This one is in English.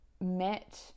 met